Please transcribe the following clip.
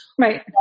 Right